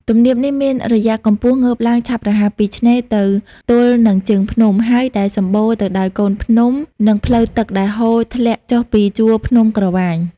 ទំនាបនេះ មានរយៈកំពស់ងើបឡើងឆាប់រហ័ស ពីឆ្នេរទៅទល់នឹងជើងភ្នំ ហើយ ដែលសំបូរទៅដោយកូនភ្នំ និងផ្លូវទឹកដែលហូរធ្លាក់ចុះពីជួរភ្នំក្រវាញ ។